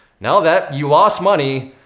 no that, you lost money.